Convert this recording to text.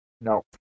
No